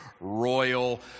royal